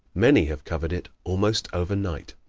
many have covered it almost overnight.